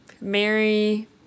Mary